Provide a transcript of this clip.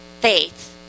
faith